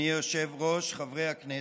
אדוני היושב-ראש, חברי הכנסת,